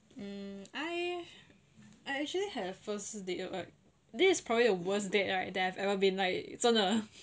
um I I actually have first date like this is probably the worst date right that I have ever been like 真的